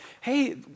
hey